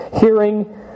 hearing